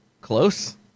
Close